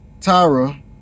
Tyra